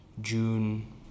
June